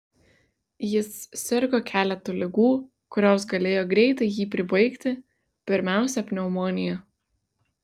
jis sirgo keletu ligų kurios galėjo greitai jį pribaigti pirmiausia pneumonija